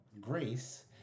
Grace